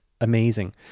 amazing